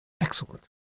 Excellent